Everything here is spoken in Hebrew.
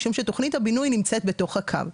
משום שתוכנית הבינוי נמצאת בתוך הקו.